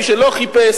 מי שלא חיפש,